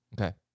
Okay